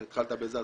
אם התחלת בזה,